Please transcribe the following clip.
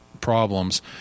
problems